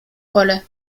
rolle